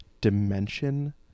dimension